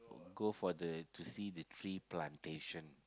go for the to see the tree plantation